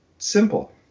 simple